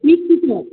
मिस्टिफोराव